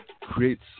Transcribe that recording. creates